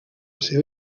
seva